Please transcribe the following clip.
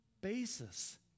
basis